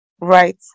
Right